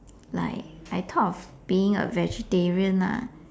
like I thought of being a vegetarian lah